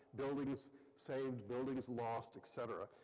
buildings saved, buildings lost, etc.